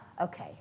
okay